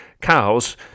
cows